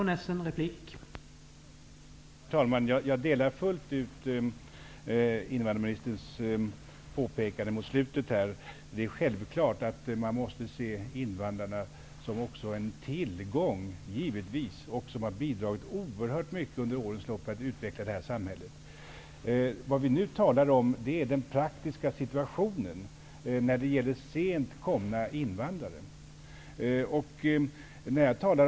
Herr talman! Jag gör fullt ut samma påpekande som invandrarministern gjorde i slutet av sitt inlägg. Självfallet måste man se invandrarna också som en tillgång, som personer som under årens lopp oerhört mycket har bidragit till utvecklingen av det här samhället. Vad vi nu talar om är den praktiska situationen när det gäller invandrare som sent kommit hit.